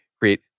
create